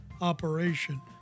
operation